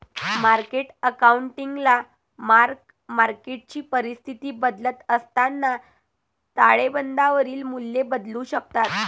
market अकाउंटिंगला mark मार्केटची परिस्थिती बदलत असताना ताळेबंदावरील मूल्ये बदलू शकतात